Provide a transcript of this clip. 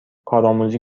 کارآموزی